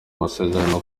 amasezerano